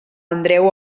andreu